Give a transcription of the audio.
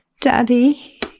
Daddy